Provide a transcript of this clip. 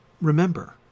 remember